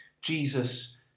Jesus